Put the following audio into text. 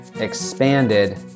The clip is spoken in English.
expanded